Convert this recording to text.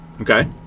Okay